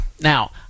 Now